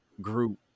group